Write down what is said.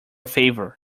favor